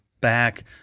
back